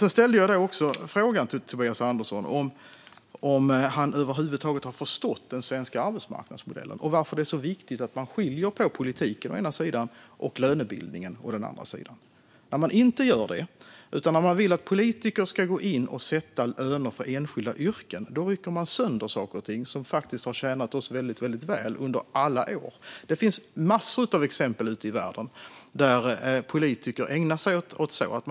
Jag ställde också frågan till Tobias Andersson om han över huvud taget har förstått den svenska arbetsmarknadsmodellen och varför det är så viktigt att man skiljer på politiken å ena sidan och lönebildningen å andra sidan. När man inte gör det utan vill att politiker ska gå in och sätta löner för enskilda yrken rycker man sönder saker som faktiskt har tjänat oss väldigt väl under alla år. Det finns massor av exempel ute i världen på att politiker ägnar sig åt sådant.